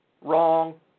Wrong